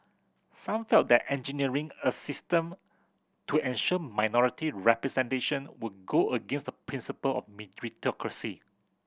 some felt that engineering a system to ensure minority representation would go against the principle of meritocracy